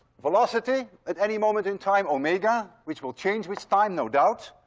velocity at any moment in time, omega, which will change with time, no doubt.